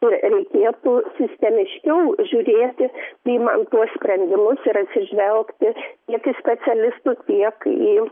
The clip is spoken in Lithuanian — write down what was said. kur reikėtų sistemiškiau žiūrėti priimant tuos sprendimus ir atsižvelgti į specialistų tiek į